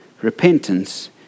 Repentance